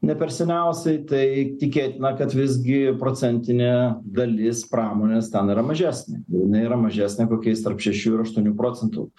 ne per seniausiai tai tikėtina kad visgi procentinė dalis pramonės ten yra mažesnė jinai yra mažesnė kokiais tarp šešių ir aštuonių procentų